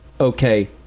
okay